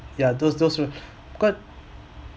ya those those becau~